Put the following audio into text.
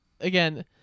Again